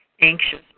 anxious